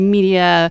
Media